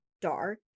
dark